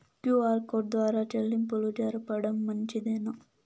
QR code ద్వారా చెల్లింపులు జరపడం మంచిదేనా?